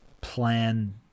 plan